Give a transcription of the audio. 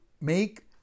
make